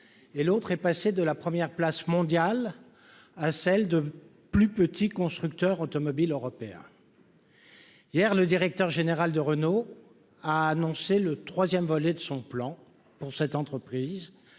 et l'autre est passé de la première place mondiale à celle de plus petits constructeurs automobiles européens. Hier, le directeur général de Renault, a annoncé le 3ème volet de son plan pour cette entreprise,